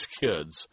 kids